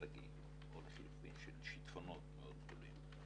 שלגים או לחילופין של שיטפונות מאוד גדולים,